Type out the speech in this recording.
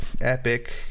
Epic